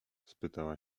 spytała